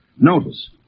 Notice